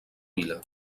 vila